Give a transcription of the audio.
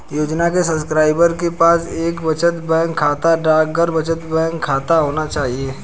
योजना के सब्सक्राइबर के पास एक बचत बैंक खाता, डाकघर बचत बैंक खाता होना चाहिए